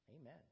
Amen